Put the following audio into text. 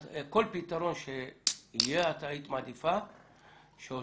כל פתרון שיהיה, את היית מעדיפה שאותה